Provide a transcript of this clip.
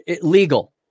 legal